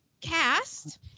Cast